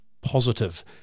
positive